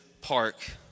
park